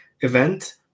event